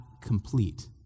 complete